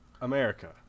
America